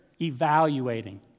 evaluating